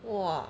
!wah!